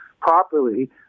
properly